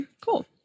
cool